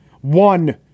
one